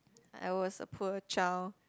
I was a poor child